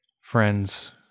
friends